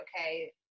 okay